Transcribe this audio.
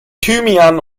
thymian